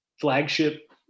flagship